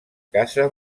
casa